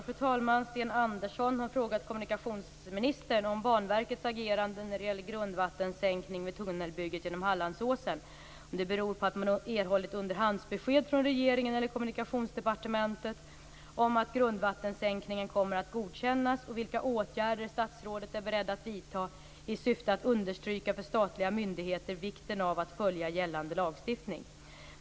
Fru talman! Sten Andersson har frågat kommunikationsministern om Banverkets agerande, när det gäller grundvattensänkning vid tunnelbygget genom Hallandsåsen, beror på att man erhållit underhandsbesked från regeringen eller Kommunikationsdepartementet om att grundvattensänkningen kommer att godkännas och vilka åtgärder statsrådet är beredd att vidta i syfte att understryka för statliga myndigheter vikten av att följa gällande lagstiftning.